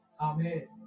Amen